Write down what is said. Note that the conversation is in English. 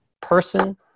person